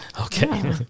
Okay